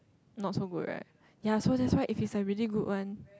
not so good right ya so that's why if it's a really very good one